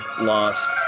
Lost